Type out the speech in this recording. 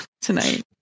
tonight